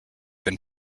been